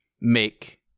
make